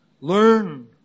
Learn